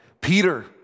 Peter